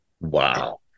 Wow